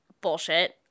bullshit